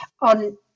on